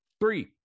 Three